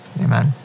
Amen